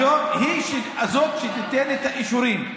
היום היא זאת שתיתן את האישורים.